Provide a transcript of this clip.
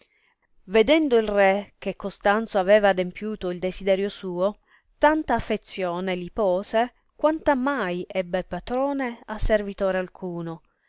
vedendo il re che costanzo aveva adempiuto il desiderio suo tanta affezione li pose quanta mai ebbe patrone a servitore alcuno